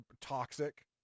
toxic